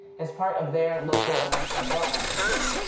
is part of their local and national development activity.